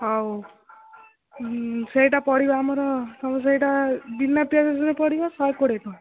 ହେଉ ସେଇଟା ପଡ଼ିବ ଆମର ସେଇଟା ବିନା ପିଆଜ ରସୁଣ ପଡ଼ିବ ଶହେ କୋଡ଼ିଏ ଟଙ୍କା